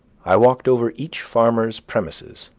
i walked over each farmer's premises,